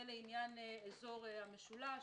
זה לעניין אזור המשולש,